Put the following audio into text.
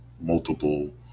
multiple